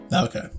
Okay